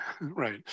Right